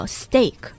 steak